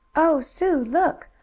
oh, sue, look!